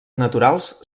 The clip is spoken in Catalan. naturals